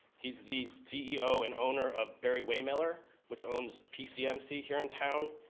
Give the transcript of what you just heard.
he's the ceo and owner of barry waymiller, which owns pcmc here in town.